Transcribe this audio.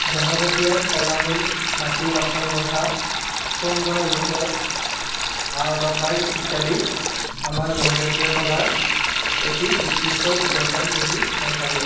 জনজাতীয় কলা হ'ল মাটিৰ বাচন গঢ়া সোণ বা ৰূপৰ আ অলংকাৰ ইত্যাদি আমাৰ জনজাতীয় কলাৰ এটি উৎকৃষ্ট উদৰ্শন বুলি মই ভাবো